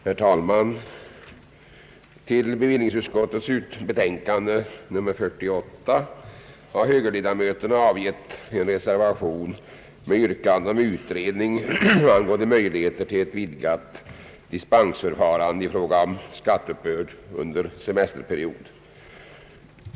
Herr talman! Till bevillningsutskottets betänkande nr 48 har högerledamöterna avgett en reservation med yrkande om utredning angående möjligheter till ett vidgat dispensförfarande i fråga om skatteuppbörd under semesterperiod.